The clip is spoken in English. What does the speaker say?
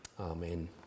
Amen